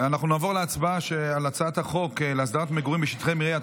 על הצעת חוק להסדרת המגורים בשטחי מרעה,